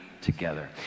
together